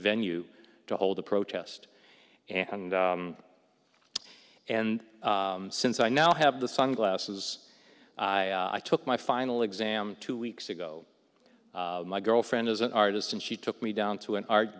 venue to hold a protest and and since i now have the sun glasses i took my final exam two weeks ago my girlfriend is an artist and she took me down to an art